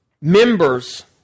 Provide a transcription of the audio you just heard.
members